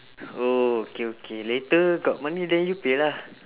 oh okay okay later got money then you pay lah